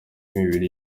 imibiri